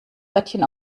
örtchen